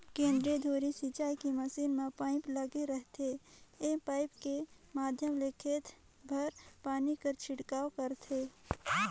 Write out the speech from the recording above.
केंद्रीय धुरी सिंचई के मसीन म पाइप लगे रहिथे ए पाइप के माध्यम ले खेत भर पानी कर छिड़काव करथे